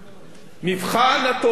מבחן התוצאה.